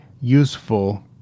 useful